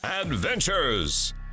Adventures